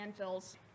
landfills